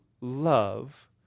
love